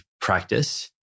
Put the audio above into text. practice